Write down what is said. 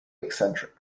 eccentric